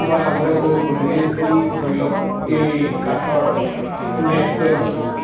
মই আগতে কৈ গ'লোঁৱেই যি ধৰি লওক এই কাঠৰ ডেস্ক বেঞ্চ